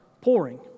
pouring